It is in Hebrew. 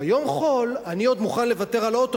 ביום חול אני עוד מוכן לוותר על אוטו,